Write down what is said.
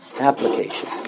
Application